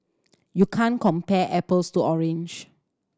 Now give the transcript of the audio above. you can't compare apples to orange